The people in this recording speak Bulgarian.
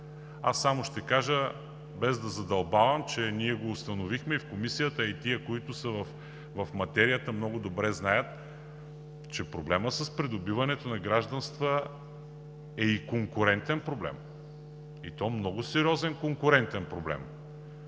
Аз само ще кажа, без да задълбавам, че ние го установихме и в Комисията. Тези, които са в материята, много добре знаят, че проблемът с придобиването на гражданства е и конкурентен проблем, и то много сериозен конкурентен проблем.